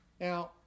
Now